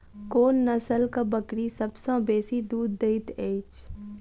कोन नसलक बकरी सबसँ बेसी दूध देइत अछि?